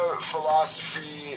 philosophy